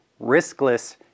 riskless